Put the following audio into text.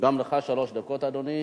גם לך שלוש דקות, אדוני.